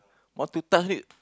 want to touch only